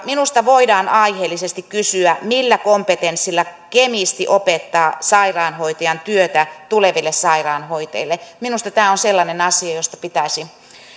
minusta voidaan aiheellisesti kysyä millä kompetenssilla kemisti opettaa sairaanhoitajan työtä tuleville sairaanhoitajille minusta tämä on sellainen asia josta pitäisi